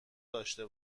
داشته